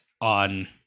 on